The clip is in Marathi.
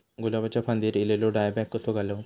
गुलाबाच्या फांदिर एलेलो डायबॅक कसो घालवं?